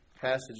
passage